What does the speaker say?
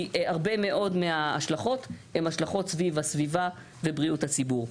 כי הרבה מאוד מההשלכות הן השלכות סביב הסביבה ובריאות הציבור.